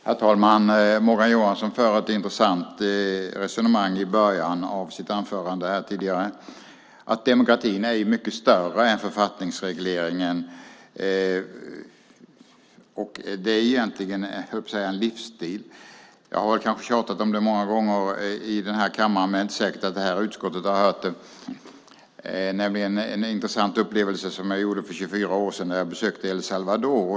Herr talman! Morgan Johansson för ett intressant resonemang i början av sitt anförande, att demokratin är mycket större än författningsregleringen. Det är egentligen, höll jag på att säga, en livsstil. Jag har kanske tjatat om det många gånger i den här kammaren, men det är inte säkert att det här utskottet har hört det. Det är en intressant upplevelse som jag hade för 24 år sedan när jag besökte El Salvador.